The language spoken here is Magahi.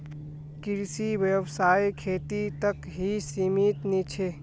कृषि व्यवसाय खेती तक ही सीमित नी छे